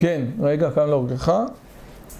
כן, רגע, הקם להורגך.